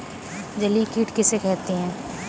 जलीय कीट किसे कहते हैं?